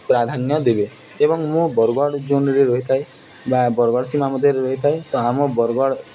ପ୍ରାଧାନ୍ୟ ଦେବେ ଏବଂ ମୁଁ ବରଗଡ଼ ଜୋନରେ ରହିଥାଏ ବା ବରଗଡ଼ ସୀମା ମଧ୍ୟରେ ରହିଥାଏ ତ ଆମ ବରଗଡ଼